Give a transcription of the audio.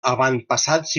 avantpassats